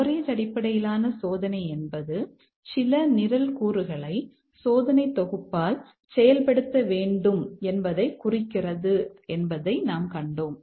coverage அடிப்படையிலான சோதனை என்பது சில நிரல் கூறுகளை சோதனை தொகுப்பால் செயல்படுத்த வேண்டும் என்பதைக் குறிக்கிறது என்பதை நாம் கண்டோம்